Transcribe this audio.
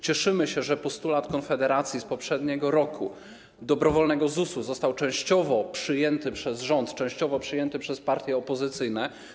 Cieszymy się, że postulat Konfederacji z poprzedniego roku dobrowolnego ZUS-u został częściowo przyjęty przez rząd, częściowo przyjęty przez partie opozycyjne.